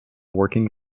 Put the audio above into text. working